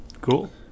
Cool